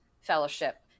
Fellowship